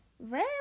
Very